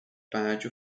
badge